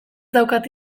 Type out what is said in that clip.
daukat